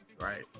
Right